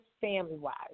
family-wise